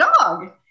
dog